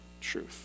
truth